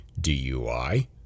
DUI